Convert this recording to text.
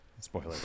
spoiler